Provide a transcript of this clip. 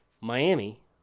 Miami